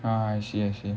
ah I see I see